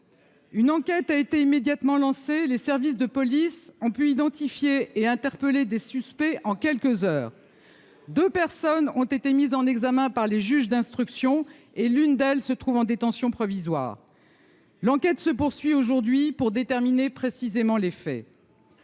une enquête a été immédiatement lancé les services de police ont pu identifier et interpeller des suspects en quelques heures, 2 personnes ont été. Es mis en examen par les juges d'instruction et l'une d'elles se trouvent en détention provisoire, l'enquête se poursuit aujourd'hui pour déterminer précisément les faits.